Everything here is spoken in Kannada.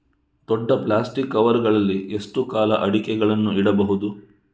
ದೊಡ್ಡ ಪ್ಲಾಸ್ಟಿಕ್ ಕವರ್ ಗಳಲ್ಲಿ ಎಷ್ಟು ಕಾಲ ಅಡಿಕೆಗಳನ್ನು ಇಡಬಹುದು?